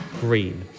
Green